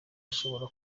ashobora